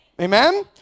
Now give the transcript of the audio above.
Amen